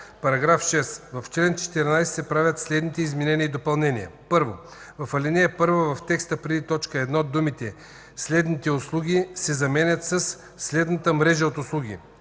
„§ 6. В чл. 14 се правят следните изменения и допълнения: 1. В ал. 1 в текста преди т. 1 думите „следните услуги” се заменят със „следната мрежа от услуги”.